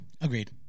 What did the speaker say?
Agreed